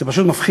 זה פשוט מפחיד.